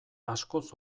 askoz